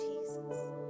Jesus